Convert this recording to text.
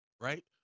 right